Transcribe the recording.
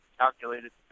calculated